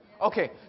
Okay